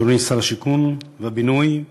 אדוני שר השיכון והבינוי,